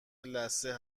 لثه